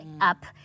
up